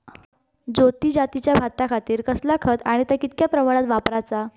ज्योती जातीच्या भाताखातीर कसला खत आणि ता कितक्या प्रमाणात वापराचा?